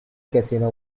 casino